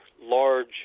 large